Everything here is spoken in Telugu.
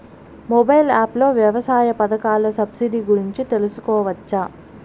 మొబైల్ యాప్ లో వ్యవసాయ పథకాల సబ్సిడి గురించి తెలుసుకోవచ్చా?